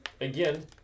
Again